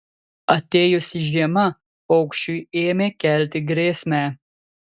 atėjusi žiema paukščiui ėmė kelti grėsmę